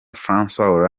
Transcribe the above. francois